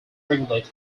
regulated